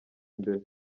imbere